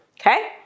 okay